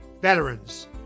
Veterans